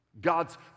God's